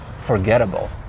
forgettable